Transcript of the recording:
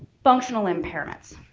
functional impairments.